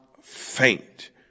faint